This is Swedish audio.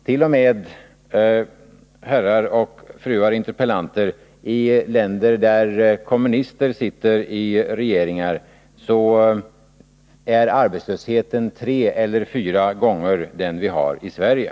T. o. m., herrar och fruar interpellanter, i länder där kommunister sitter i regeringsställning är arbetslösheten tre eller fyra gånger den vi har i Sverige.